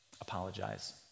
apologize